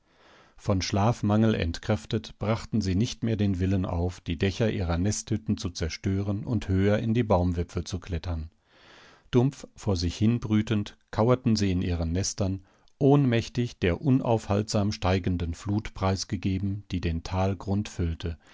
von schlafmangel entkräftet brachten sie nicht mehr den willen auf die dächer ihrer nesthütten zu zerstören und höher in die baumwipfel zu klettern dumpf vor sich hinbrütend kauerten sie in ihren nestern ohnmächtig der unaufhaltsam steigenden flut preisgegeben die den talgrund füllte